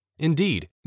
Indeed